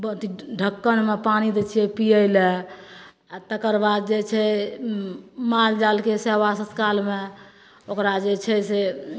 बड्ड ढक्कन शमे पानि दै छियै पीयै लए आ तेकर बाद जे छै ओ माल जालके सेबा सत्कारमे ओकरा जे छै से ओ